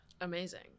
Amazing